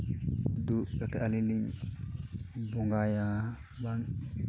ᱫᱩᱲᱩᱵ ᱠᱟᱛᱮᱫ ᱟᱹᱞᱤᱧᱞᱤᱧ ᱵᱚᱸᱜᱟᱭᱟ ᱵᱟᱝ